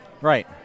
Right